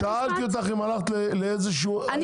שאלתי אם הלכת לאיזה שהיא תובענה?